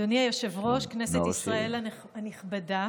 אדוני היושב-ראש, כנסת ישראל הנכבדה,